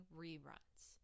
reruns